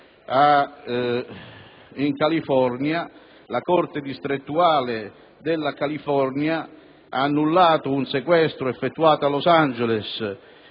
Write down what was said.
del mondo: la corte distrettuale della California ha annullato un sequestro effettuato a Los Angeles,